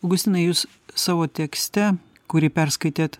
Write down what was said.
būsinai jūs savo tekste kurį perskaitėt